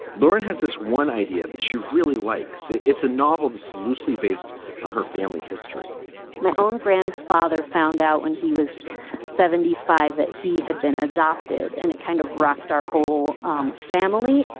lauren has this one idea that she really likes. it's a novel that's loosely based on her family history my own grandfather found out when he was seventy five that he had been adopted and it kind of rocked our whole um family.